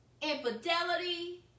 infidelity